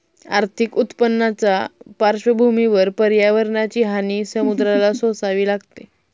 आर्थिक उत्पन्नाच्या पार्श्वभूमीवर पर्यावरणाची हानी समुद्राला सोसावी लागते